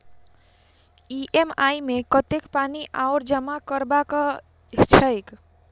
EMI मे कतेक पानि आओर जमा करबाक छैक?